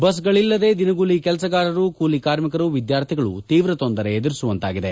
ಬಸ್ಗಳಲ್ಲದೆ ದಿನಗೂಲಿ ಕೆಲಸಗಾರರು ಕೂಲಿ ಕಾರ್ಮಿಕರು ವಿದ್ಯಾರ್ಥಿಗಳು ತೀವ್ರ ತೊಂದರೆ ಎದುರಿಸುವಂತಾಗಿದೆ